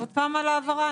עוד פעם על ההבהרה?